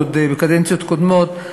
עוד בקדנציות קודמות,